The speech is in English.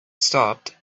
stopped